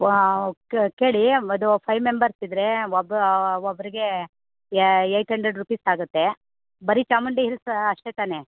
ವಾ ವ್ ಕೇಳಿ ಅದು ಫೈ ಮೆಂಬರ್ಸ್ ಇದ್ದರೆ ಒಬ್ಬ ಒಬ್ಬರಿಗೆ ಯ ಏಯ್ಟ್ ಹಂಡ್ರೆಡ್ ರುಪೀಸ್ ಆಗುತ್ತೆ ಬರಿ ಚಾಮುಂಡಿ ಹಿಲ್ಸ್ ಅಷ್ಟೇ ತಾನೇ